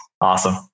Awesome